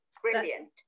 brilliant